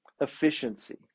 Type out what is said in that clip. efficiency